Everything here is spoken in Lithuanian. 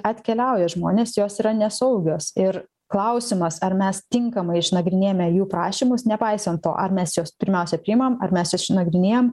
atkeliauja žmonės jos yra nesaugios ir klausimas ar mes tinkamai išnagrinėjame jų prašymus nepaisant to ar mes juos pirmiausia priimam ar mes išnagrinėjam